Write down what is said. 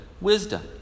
wisdom